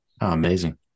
Amazing